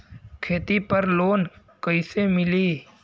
खेती पर लोन कईसे मिली?